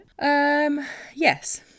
yes